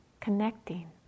connecting